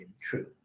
true